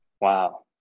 Wow